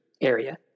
area